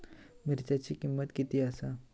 मिरच्यांची किंमत किती आसा?